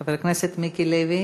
חבר הכנסת מיקי לוי,